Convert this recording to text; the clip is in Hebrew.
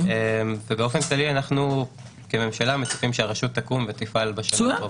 באופן כללי אנחנו כממשלה מצפים שהרשות תקום ותפעל בשנה הקרובה.